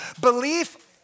belief